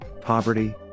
poverty